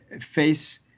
face